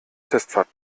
testfahrt